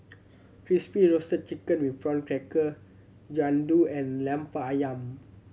Crispy Roasted Chicken with Prawn Crackers Jian Dui and Lemper Ayam